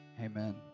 Amen